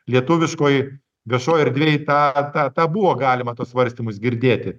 lietuviškoj viešoj erdvėj tą tą tą buvo galima tuo svarstymus girdėti